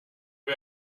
wir